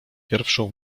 pierwszą